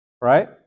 right